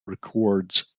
records